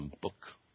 book